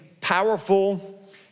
powerful